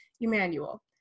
Emmanuel